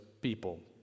people